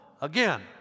again